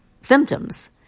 symptoms